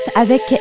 avec